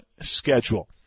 schedule